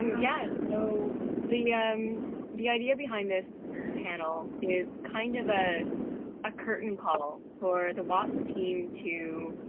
yeah, so the um the idea behind this panel is kind of a ah curtain call for the wots team to,